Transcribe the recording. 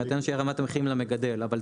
מבחיננו